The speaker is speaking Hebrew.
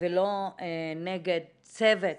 ולא נגד צוות